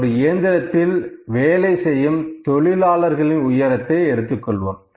ஒரு இயந்திரத்தில் வேலை செய்யும் தொழிலாளர்களின் உயரத்தை எடுத்துக்கொள்வோம்